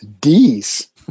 Ds